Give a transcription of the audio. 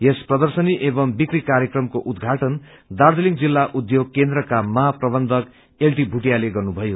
यस प्रर्दशनी एवम् बिकी र्कायकमको उद्घाटन दार्जीलिङ जिल्ला उध्योग केन्द्रका महाप्रबन्धक एलटी भूटियाले गर्नुभयो